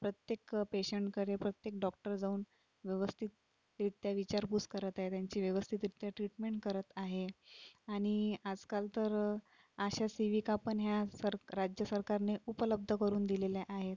प्रत्येक पेशंटकडे प्रत्येक डॉक्टर जाऊन व्यवस्थितरित्या विचारपूस करते त्यांची व्यवस्थितरित्या ट्रीटमेंट करत आहे आणि आजकाल तर आशा सेविका पण ह्या सर राज्य सरकारने उपलब्ध करून दिलेल्या आहेत